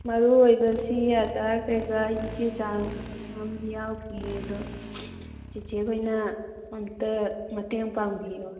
ꯃꯔꯨꯑꯣꯏꯕꯁꯤ ꯑꯗꯥꯔ ꯀꯩꯀꯥ ꯑꯩꯒꯤ ꯆꯦꯆꯥꯡ ꯃꯌꯥꯝ ꯌꯥꯎꯈꯤ ꯑꯗꯣ ꯆꯦꯆꯦꯈꯣꯏꯅ ꯑꯝꯇ ꯃꯇꯦꯡ ꯄꯥꯡꯕꯤꯌꯨ